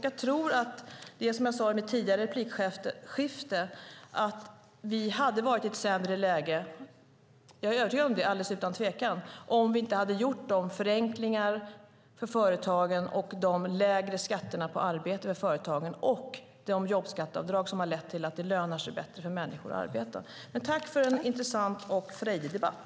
Jag sade i mitt tidigare replikskifte att vi hade varit i ett sämre läge - jag är övertygad om det, alldeles utan tvekan - om vi inte hade infört dessa förenklingar och lägre skatter för företagen samt de jobbskatteavdrag som har lett till att det lönar sig bättre för människor att arbeta. Tack för en intressant och frejdig debatt!